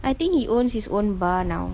I think he owns his own bar now